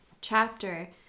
chapter